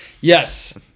Yes